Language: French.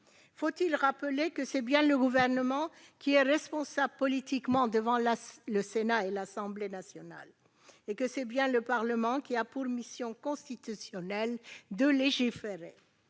Faut-il le rappeler ? C'est bien le Gouvernement qui est responsable politiquement devant le Sénat et l'Assemblée nationale, et c'est bien le Parlement qui a pour mission constitutionnelle de légiférer.